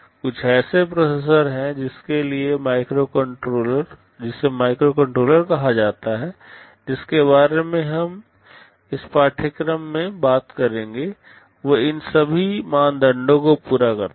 कुछ ऐसे प्रोसेसर हैं जिसे जिसे माइक्रोकंट्रोलर कहा जाता है जिसके बारे में हम इस पाठ्यक्रम में बात करेंगे वे इन सभी मानदंडों को पूरा करते हैं